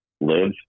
live